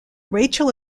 rachael